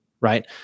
Right